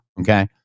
okay